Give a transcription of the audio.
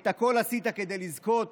את הכול עשית כדי לזכות